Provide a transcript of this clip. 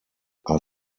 are